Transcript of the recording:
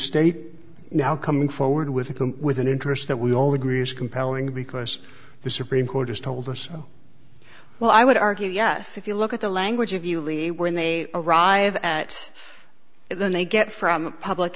state now coming forward with the with an interest that we all agree is compelling because the supreme court has told us oh well i would argue yes if you look at the language of you leave when they arrive at it when they get from a public